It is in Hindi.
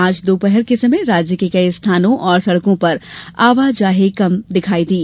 आज दोपहर के समय राज्य के कई स्थानों और सड़कों पर आवाजाही कम दिखायी दी